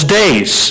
days